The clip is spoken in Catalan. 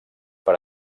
per